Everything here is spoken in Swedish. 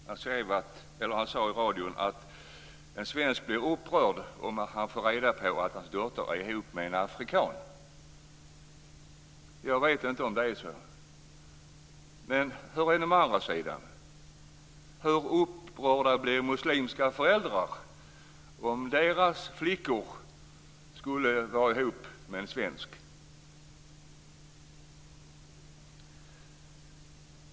Han sade i radion att en svensk blir upprörd om han får reda på att hans dotter är tillsammans med en afrikan. Jag vet inte om det är så. Men hur är det i det motsatta fallet? Hur upprörda skulle muslimska föräldrar bli om deras flickor skulle vara tillsammans med svenskar.